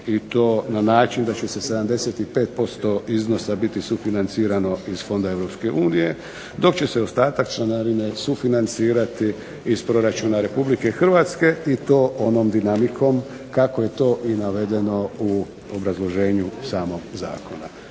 i to na način da će se 75% iznosa biti sufinancirano iz fonda Europske unije, dok će se ostatak članarine sufinancirati iz proračuna Republike Hrvatske i to onom dinamikom kako je to i navedeno u obrazloženju samog zakona.